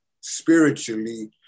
spiritually